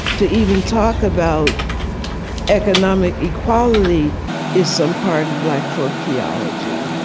to even talk about economic equality is some part of black folk theology